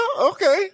okay